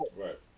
Right